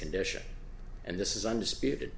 condition and this is undisputed